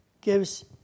gives